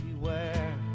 beware